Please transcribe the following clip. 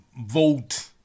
vote